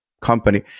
company